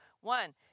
One